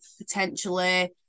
potentially